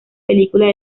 películas